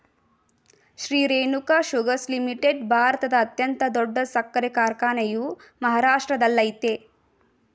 Shri Renuka sugars limited ಭಾರತದ ಅತ್ಯಂತ ದೊಡ್ಡ ಸಕ್ಕರೆ ಕಾರ್ಖಾನೆಯು ಮಹಾರಾಷ್ಟ್ರದಲ್ಲಯ್ತೆ